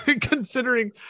considering